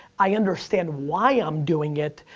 i understand why i'm doing it,